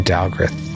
Dalgrith